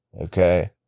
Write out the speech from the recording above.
okay